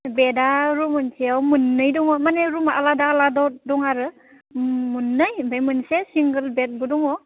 डेटआ रुम मोनसेयाव मोननै दङ माने रुमआ आलादा आलादा दं आरो मोननै ओमफ्राय मोनसे सिंगोल बेडबो दङ